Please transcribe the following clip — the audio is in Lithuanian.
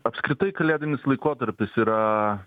apskritai kalėdinis laikotarpis yra